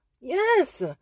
yes